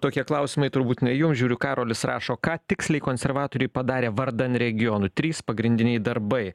tokie klausimai turbūt ne jums žiūriu karolis rašo ką tiksliai konservatoriai padarė vardan regionų trys pagrindiniai darbai